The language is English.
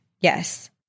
Yes